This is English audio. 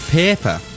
paper